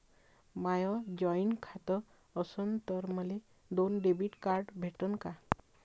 माय joint खातं असन तर मले दोन डेबिट कार्ड भेटन का?